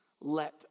Let